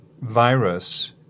virus